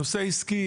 הנושא העסקי,